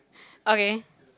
okay